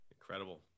Incredible